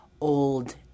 old